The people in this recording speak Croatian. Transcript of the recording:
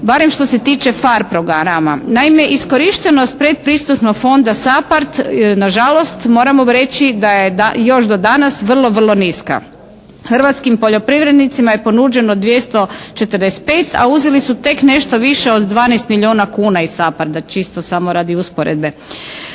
barem što se tiče PHARE programa. Naime, iskorištenost predpristupnog fonda SAPARD nažalost moram vam reći da je još do danas vrlo niska. Hrvatskim poljoprivrednicima je ponuđeno 245 a uzeli su tek nešto više od 12 milijuna kuna iz SAPARD-a, čisto samo radi usporedbe.